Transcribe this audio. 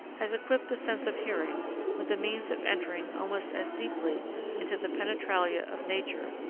has equipped the sense of hearing with the means of entering almost as deeply into the penetralia of nature,